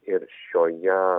ir šioje